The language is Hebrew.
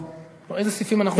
איזה סעיפים אנחנו מפצלים?